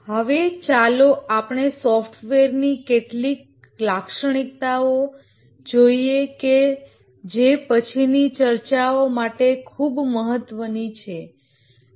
હવે ચાલો આપણે સોફ્ટવેર ની કેટલીક લાક્ષણિકતાઓ જોઈએ જે પછીની ચર્ચાઓ માટે ખૂબ મહત્વની છે